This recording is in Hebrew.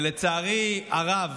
לצערי הרב,